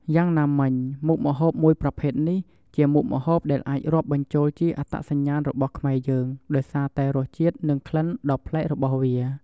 យ៉ាងណាមិញ មុខម្ហូបមួយប្រភេទនេះ ជាមុខម្ហូបដែលអាចរាប់បញ្ចូលជាអត្តសញ្ញាណរបស់ខ្មែរយើង ដោយសារតែរសជាតិ និងក្លិនដ៏ប្លែករបស់វា។